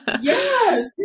yes